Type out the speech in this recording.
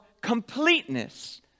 completeness